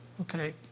Okay